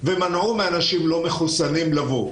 ומנעו מאנשים לא מחוסנים לבוא,